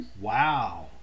Wow